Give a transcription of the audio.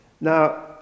Now